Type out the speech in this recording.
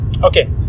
Okay